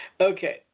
okay